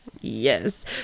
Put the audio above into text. Yes